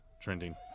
trending